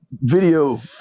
Video